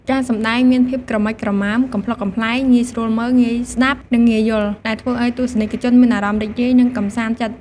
ការសម្តែងមានភាពក្រមិចក្រមើម កំប្លុកកំប្លែង ងាយស្រួលមើល ងាយស្តាប់ និងងាយយល់ ដែលធ្វើឱ្យទស្សនិកជនមានអារម្មណ៍រីករាយ និងកម្សាន្តចិត្ត ។